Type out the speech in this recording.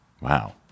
Wow